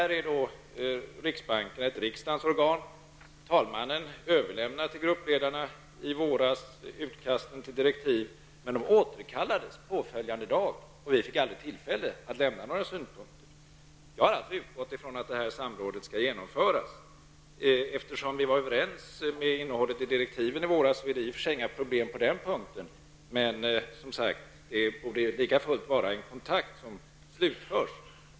Riksbanken är ett riksdagens organ. Talmannen överlämnade till gruppledarna i våras utkasten till direktiv. Men de återkallades påföljande dag, och vi fick aldrig något tillfälle att lämna några synpunkter. Jag har alltså utgått från att samrådet skulle genomföras. Vi var ju överens med innehållet i direktiven i våras. Det är i och för sig inga problem på den punkten. Men det borde lika fullt vara en kontakt som slutförs.